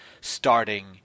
starting